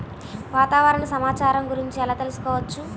వాతావరణ సమాచారము గురించి ఎలా తెలుకుసుకోవచ్చు?